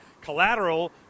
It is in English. collateral